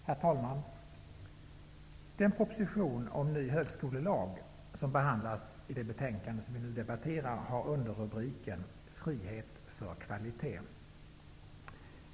Herr talman! Den proposition om ny högskolelag som behandlas i det betänkande som vi nu debatterar har underrubriken Frihet för kvalitet.